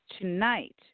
Tonight